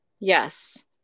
Yes